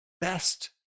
best